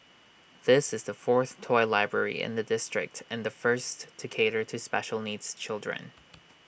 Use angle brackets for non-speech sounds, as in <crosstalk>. this is the fourth toy library in the district and the first to cater to special needs children <noise>